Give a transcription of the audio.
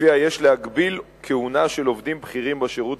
שלפיה יש להגביל כהונה של עובדים בכירים בשירות